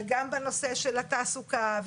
וגם בנושא של התעסוקה,